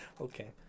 okay